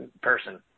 person